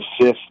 fifth